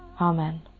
Amen